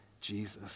jesus